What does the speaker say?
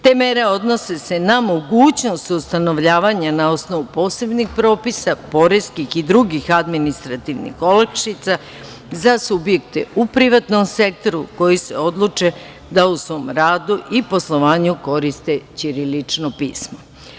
Te mere odnose se na mogućnost ustanovljavanja na osnovu posebnih propisa, poreskih i drugih administrativnih olakšica za subjekte u privatnom sektoru koji se odluče da u svom radu i poslovanju koriste ćirilično pismo.